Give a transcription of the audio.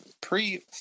pre